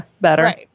Better